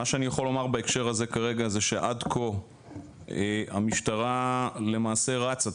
מה שאני יכול לומר בהקשר הזה כרגע זה שעד כה המשטרה למעשה רצה.